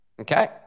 Okay